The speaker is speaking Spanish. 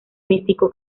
místico